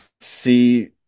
see